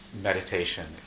meditation